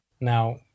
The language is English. Now